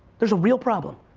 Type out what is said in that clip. there's a real problem.